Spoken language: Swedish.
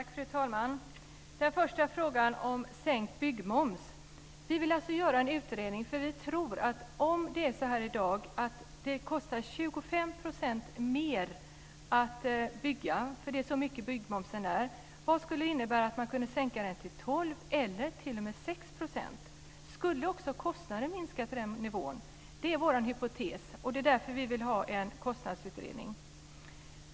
Fru talman! Den första frågan gällde sänkt byggmoms. Vi vill alltså göra en utredning. Om det i dag kostar 25 % mer att bygga - så mycket är byggmomsen - vad skulle det då innebära att man sänker den till 12 eller t.o.m. 6 %? Skulle också kostnaderna minska till den nivån? Det är vår hypotes, och det är därför vi vill ha en kostnadsutredning.